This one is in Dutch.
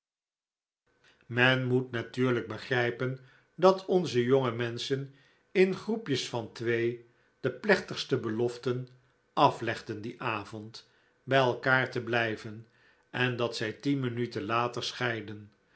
men moet natuurlijk begrijpen dat onze jonge menschen in groepjes van twee de plechtigste beloften aflegden dien avond bij elkaar te blijven en dat zij tien minuten later scheidden